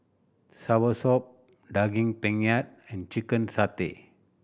soursop Daging Penyet and chicken satay